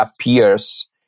appears